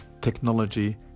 technology